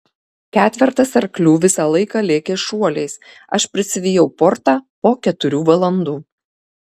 ketvertas arklių visą laiką lėkė šuoliais aš prisivijau portą po keturių valandų